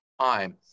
time